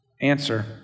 Answer